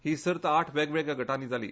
ही सर्त आठ वेगवेगळ्या गटांनी जाली